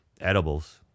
Edibles